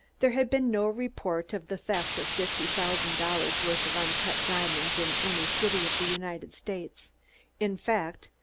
there had been no report of the theft of fifty thousand dollars' worth of uncut diamonds in any city of the united states in fact,